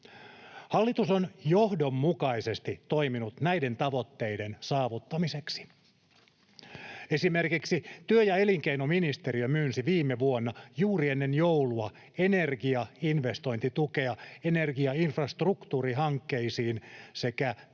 Hallitus on johdonmukaisesti toiminut näiden tavoitteiden saavuttamiseksi. Esimerkiksi työ- ja elinkeinoministeriö myönsi viime vuonna juuri ennen joulua energiainvestointitukea energiainfrastruktuurihankkeisiin sekä